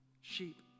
sheep